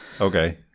okay